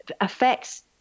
affects